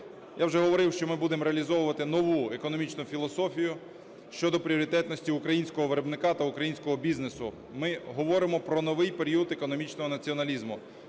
Я вже говорив, що ми будемо реалізовувати нову економічну філософію щодо пріоритетності українського виробника та українського бізнесу. Ми говоримо про новий період економічного націоналізму.